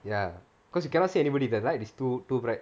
ya because you cannot see anybody the light is too too bright